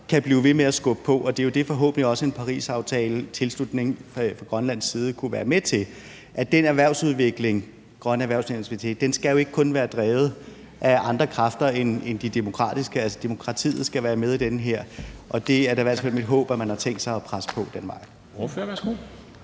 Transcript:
man blive ved med at skubbe på. Og det er jo forhåbentlig det, en tilslutning til Parisaftalen fra grønlandsk side kunne være med til. Og den grønne erhvervsudvikling skal jo ikke kun være drevet af andre kræfter end de demokratiske. Altså, demokratiet skal være med i den her, og det er da i hvert fald mit håb, at man har tænkt sig at presse på den vej. Kl.